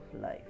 life